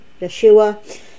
Yeshua